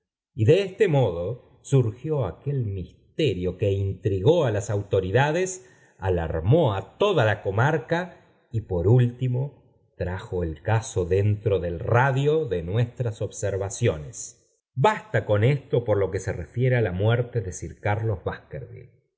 y de este modo surgió aquel misterio que intrigó á las autoridades alarmó á toda la comarca y por último trajo el caso dentro del radio de ministras observaciones basta con esto por lo que se refiere á la muerte de sir carlos